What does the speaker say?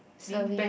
serving